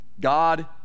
God